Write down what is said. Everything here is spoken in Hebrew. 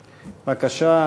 בבקשה.